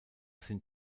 sind